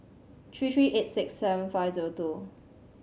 three three eight six seven five zero two